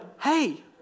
hey